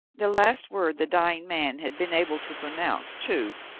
the last word the dying man had been able to pronounce, too,